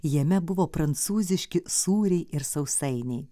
jame buvo prancūziški sūriai ir sausainiai